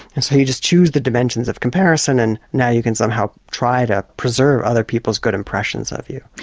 and so you just choose the dimensions of comparison and now you can somehow try to preserve other people's good impressions of you.